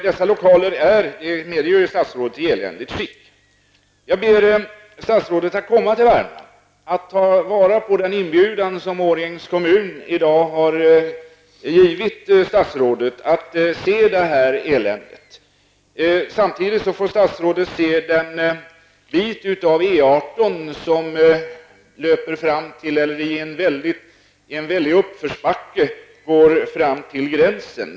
Dessa lokaler är, det medger ju statsrådet, i eländigt skick. Jag ber statsrådet att komma till Värmland, att ta vara på den inbjudan som Årjängs kommun i dag har givit statsrådet och se det här eländet. Samtidigt får statsrådet se den del av E 18 som löper i en väldig uppförsbacke fram till gränsen.